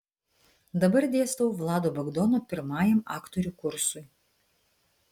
dabar dėstau vlado bagdono pirmajam aktorių kursui